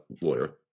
lawyer